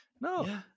no